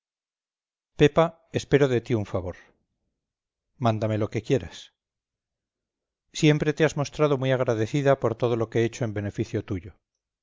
pepa espero de ti un favor mándame lo que quieras siempre te has mostrado muy agradecida por todo lo que he hecho en beneficio tuyo